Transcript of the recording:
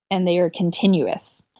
and they are continuous.